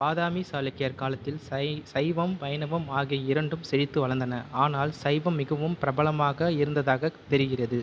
பாதாமி சாளுக்கியர் காலத்தில் சை சைவம் வைணவம் ஆகிய இரண்டும் செழித்து வளர்ந்தன ஆனால் சைவம் மிகவும் பிரபலமாக இருந்ததாகத் தெரிகிறது